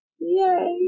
Yay